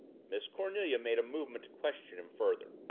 miss cornelia made a movement to question him further.